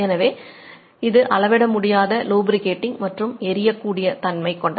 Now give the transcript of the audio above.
எனவே இது அளவிட முடியாத லூபிரிகேடிங் மற்றும் எரியக்கூடிய தன்மை கொண்டது